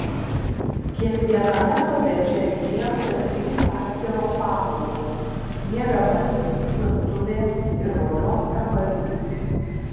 kiekviename kotedže įrengtos trys atskiros patalpos miegamasis virtuvė ir vonios kambarys